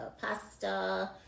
pasta